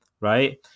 right